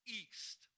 east